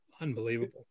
unbelievable